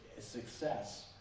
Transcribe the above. success